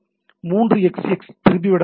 3xx திருப்பிவிட உள்ளது